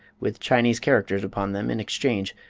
with chinese characters upon them, in exchange,